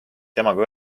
temaga